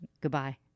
Goodbye